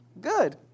good